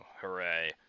hooray